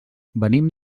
venim